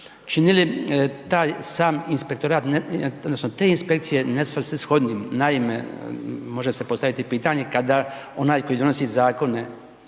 odnosno te inspekcije nesvrsishodnijim. Naime, može se postaviti pitanje kada onaj koji donosi zakone